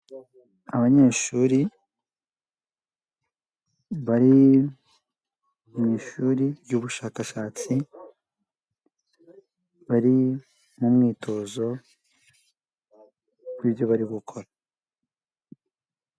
Abanyeshuri bari mu ishuri ry'ubushakashatsi, bari mu mwitozo ku byo bari gukora.